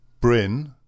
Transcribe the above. Brin